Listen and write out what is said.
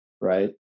right